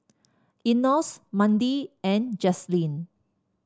Enos Mandi and Jazlene